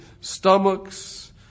stomachs